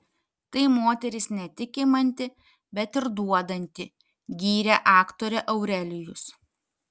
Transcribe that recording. tai moteris ne tik imanti bet ir duodanti gyrė aktorę aurelijus